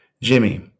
Jimmy